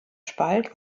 spalt